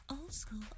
old-school